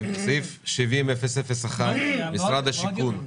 סעיף 70-001, משרד השיכון.